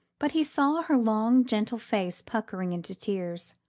but he saw her long gentle face puckering into tears,